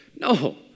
No